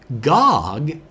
Gog